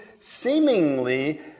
seemingly